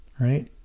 right